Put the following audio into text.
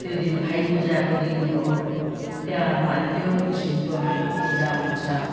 त्यो दिन भाइपूजाको दिन हो तिहारमा त्यो किसिमको हाम्रो पूजा हुन्छ